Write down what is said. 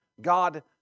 God